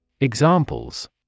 Examples